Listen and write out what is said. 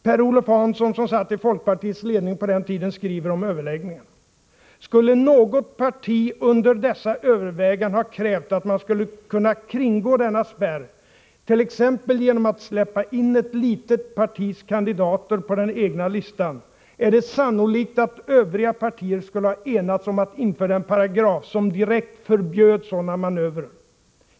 Per-Olof Hanson, som satt i folkpartiets ledning på den tiden, skriver om överläggningarna: ”Skulle något parti under dessa överväganden ha krävt att man skulle kunna kringgå denna spärr t.ex. genom att släppa in ett litet partis kandidater på den egna listan, är det sannolikt att övriga partier skulle ha enats om att införa en paragraf som direkt förbjöd sådana manövrer.